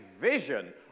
vision